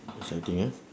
exciting ah